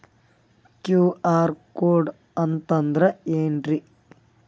QR code ಅಂತಂದ್ರ ಏನ್ರೀ?